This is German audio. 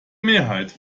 mehrheit